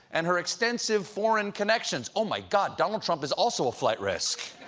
and her extensive foreign connections. oh my god, donald trump is also a flight risk!